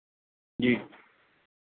ਜੀ